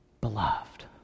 beloved